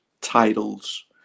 titles